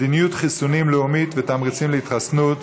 (מדיניות חיסונים לאומית ותמריצים להתחסנות),